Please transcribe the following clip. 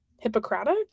Hippocratic